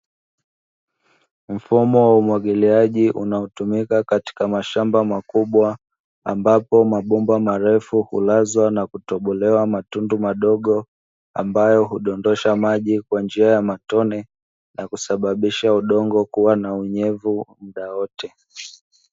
Mfumo wa umwagiliaji u aotumika kwa katika mashamba makubwa ambapo mabomba marefu hulazwa na kutobolewa matundu madogo ambayo kudondosha maji kwa njia ya matone kusababisha udongo kuwa na unyevu muda wote.